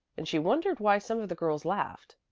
and she wondered why some of the girls laughed.